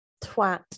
twat